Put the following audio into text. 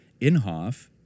Inhofe